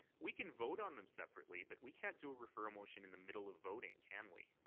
we can vote on them separately but we can't do a referral motion in the middle of voting, can we?